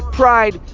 pride